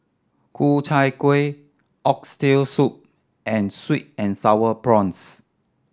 Ku Chai Kuih Oxtail Soup and sweet and Sour Prawns